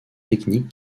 techniques